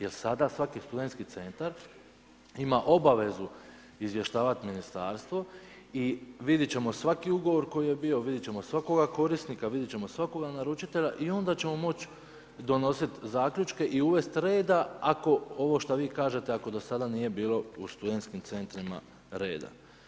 Jer sada svaki studentski centar ima obavezu izvještavat ministarstvo i vidit ćemo svaki ugovor koji je bio, vidit ćemo svakoga korisnika, vidit ćemo svakoga naručitelja i onda ćemo moć donosit zaključke i uvest reda ako ovo što vi kažete, ako do sada nije bilo u studentskim centrima reda.